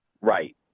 Right